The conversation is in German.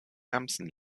ärmsten